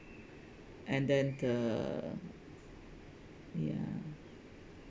and then the ya